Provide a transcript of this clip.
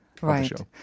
Right